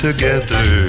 Together